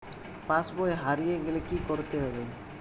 পাশবই হারিয়ে গেলে কি করতে হবে?